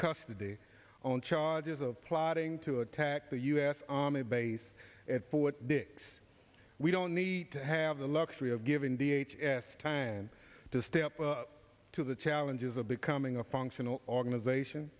custody on charges of plotting to attack the u s army base at fort dix we don't need to have the luxury of giving the h s time to step up to the challenges of becoming a functional organization